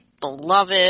beloved